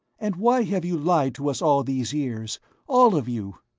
and why have you lied to us all these years all of you?